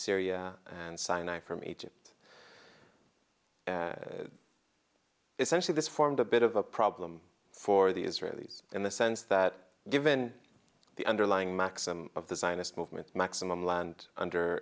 syria and sinai from egypt essentially this formed a bit of a problem for the israelis in the sense that given the underlying maxim of the zionist movement maximum land under